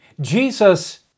Jesus